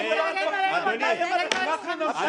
אלא למדינה יש חובה כלפינו האזרחים.